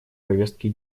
повестки